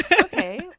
Okay